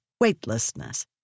weightlessness